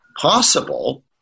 possible